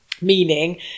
meaning